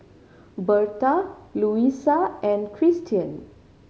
Berta Luisa and Kristian